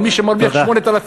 על מי שמרוויח, תודה.